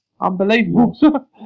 Unbelievable